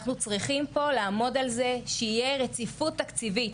אנחנו צריכים לעמוד פה על זה שתהיה רציפות תקציבית,